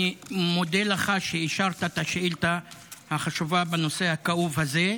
אני מודה לך שאישרת את השאילתה החשובה בנושא הכאוב הזה.